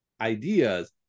ideas